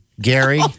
Gary